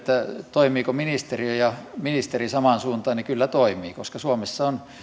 toimivatko ministeriö ja ministeri samaan suuntaan niin kyllä toimivat koska suomessa on